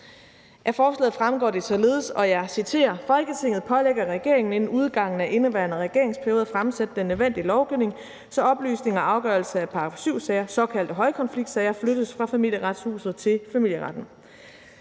Af forslaget fremgår det således – og jeg citerer: »Folketinget pålægger regeringen inden udgangen af indeværende regeringsperiode at fremsætte den nødvendige lovgivning, så oplysning og afgørelse af § 7-sager, såkaldte højkonfliktsager, flyttes fra Familieretshuset til familieretten«.